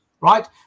right